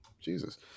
Jesus